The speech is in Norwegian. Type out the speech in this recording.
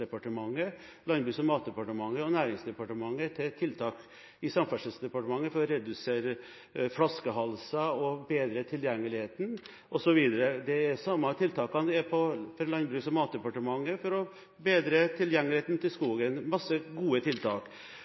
Landbruks- og matdepartementet og Nærings- og handelsdepartementet. Tiltakene i Samferdselsdepartementet er for å redusere flaskehalser og bedre tilgjengeligheten osv., mens tiltakene i Landbruks- og matdepartementet er for å bedre tilgjengeligheten til skogen – masse gode tiltak.